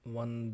one